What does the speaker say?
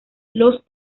los